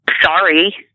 sorry